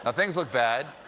ah things look bad.